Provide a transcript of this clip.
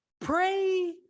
pray